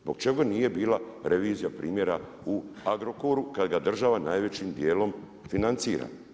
Zbog čega nije bila revizija primjera u Agrokoru kad ga država najvećim dijelom financira?